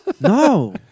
No